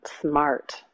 smart